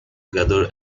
gather